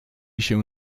się